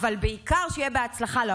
שיהיה בהצלחה למשרד,